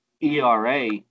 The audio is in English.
ERA